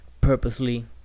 purposely